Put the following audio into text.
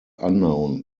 unknown